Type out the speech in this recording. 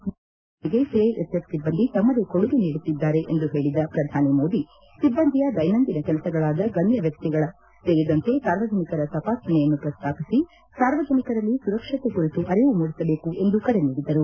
ದೇಶದ ಅಭಿವೃದ್ದಿಯ ಬೆಳವಣಿಗೆಗೆ ಸಿಐಎಸ್ಎಫ್ ಸಿಬ್ಬಂದಿ ತಮ್ಮದೇ ಕೊಡುಗೆ ನೀಡುತ್ತಿದ್ದಾರೆ ಎಂದು ಹೇಳದ ಪ್ರಧಾನಿ ಮೋದಿ ಸಿಬ್ಬಂದಿಯ ದೈನಂದಿನ ಕೆಲಸಗಳಾದ ಗಣ್ಯ ವ್ಯಕ್ತಿಗಳು ಸೇರಿದಂತೆ ಸಾರ್ವಜನಿಕರ ತಪಾಸಣೆಯನ್ನು ಪ್ರಸ್ತಾಪಿಸಿ ಸಾರ್ವಜನಿಕರಲ್ಲಿ ಸುರಕ್ಷತೆ ಕುರಿತು ಅರಿವು ಮೂಡಿಸಬೇಕು ಎಂದು ಕರೆ ನೀಡಿದರು